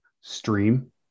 stream